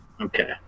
Okay